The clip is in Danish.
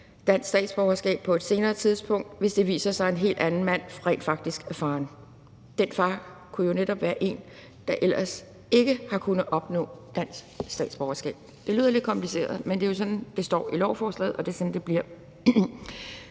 dansk statsborgerskab på et senere tidspunkt, hvis det viser sig, at en helt anden mand rent faktisk er faren. Den far kunne jo netop være en, der ellers ikke har kunnet opnå dansk statsborgerskab. Det lyder lidt kompliceret, men det er jo sådan, det står i lovforslaget, og det er sådan, det bliver.